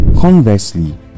Conversely